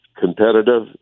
competitive